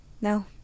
No